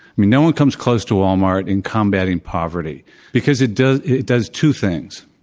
mean, no one comes close to walmart in combating poverty because it does it does two things.